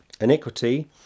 iniquity